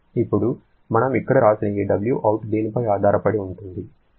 ఇప్పుడు మనం ఇక్కడ వ్రాసిన ఈ Wout దేనిపై ఆధారపడి ఉంటుంది